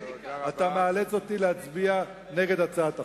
אתה מאלץ אותי להצביע נגד הצעת החוק.